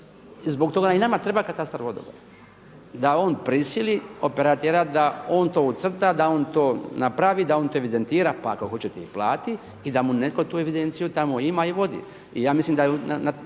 Zbog toga i nama treba katastar vodova da on prisili operatera da on to ucrta, da on to napravi, da on to evidentira pa ako hoćete i plati i da mu netko tu evidenciju tamo ima i vodi.